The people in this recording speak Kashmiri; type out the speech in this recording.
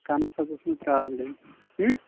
کَنَس حظ ٲس مےٚ پرٛابلِم